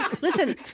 Listen